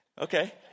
Okay